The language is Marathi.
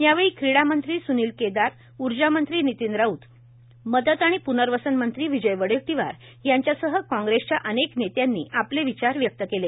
यावेळी क्रीडा मंत्री सु्नील केदार ऊर्जामंत्री नितीन राऊत मदत व प्नर्वसन मंत्री विजय वडेट्टीवार यांच्यासह काँग्रेस च्या अनेक नेत्यांनी आपले विचार व्यक्त केले